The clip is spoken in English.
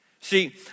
See